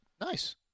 Nice